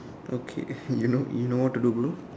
okay you know you know what to do bro